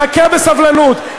חכה בסבלנות.